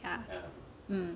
ya mm